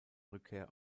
rückkehr